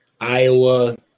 Iowa